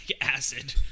acid